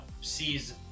sees